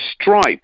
stripe